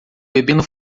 bebendo